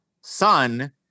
son